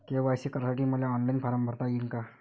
KYC करासाठी मले online form भरता येईन का?